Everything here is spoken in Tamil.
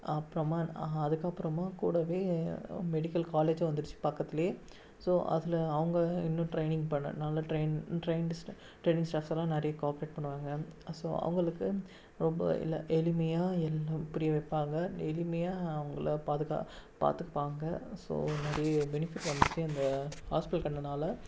அப்புறமா அதுக்கு அப்புறமா கூடவே மெடிக்கல் காலேஜும் வந்துருச்சு பக்கத்தில் ஸோ அதில் அவங்க இன்னும் டிரெய்னிங் பண்ண நல்ல டிரெயின் டிரெயின்டிஸ்ட்டா டிரெய்னிங் ஸ்டாஃப்ஸ் எல்லாம் நிறைய கோஆப்ரேட் பண்ணுவாங்க அ ஸோ அவங்களுக்கு ரொம்ப இல்லை எளிமையாக எல்லாம் புரிய வைப்பாங்க எளிமையாக அவங்களை பாதுகா பார்த்துப்பாங்க ஸோ இது மாதிரி பெனிஃபிட் வந்துட்டு இந்த ஹாஸ்பிடல் கட்டினதுனால